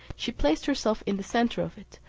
she placed herself in the centre of it,